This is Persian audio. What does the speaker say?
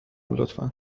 لطفا